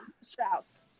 Strauss